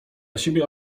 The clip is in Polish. siebie